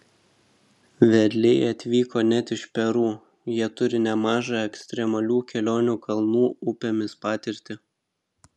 vedliai atvyko net iš peru jie turi nemažą ekstremalių kelionių kalnų upėmis patirtį